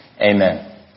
Amen